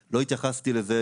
לא התייחסתי לזה.